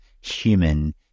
human